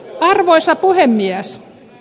arvoisa puhemies